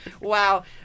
Wow